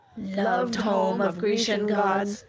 loved home of grecian gods,